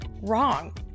wrong